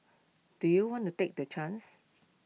do you want to take the chance